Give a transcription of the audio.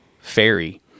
fairy